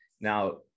now